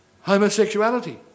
homosexuality